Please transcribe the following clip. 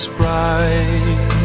bright